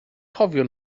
cofio